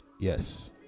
yes